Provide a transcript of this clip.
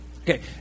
Okay